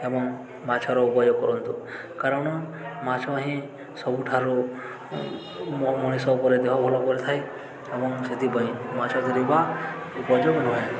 ଏବଂ ମାଛର ଉପଯୋଗ କରନ୍ତୁ କାରଣ ମାଛ ହିଁ ସବୁଠାରୁ ମଣିଷ ଉପରେ ଦେହ ଭଲ କରିଥାଏ ଏବଂ ସେଥିପାଇଁ ମାଛ ଧରିବା ଉପଯୋଗ ନୁହେଁ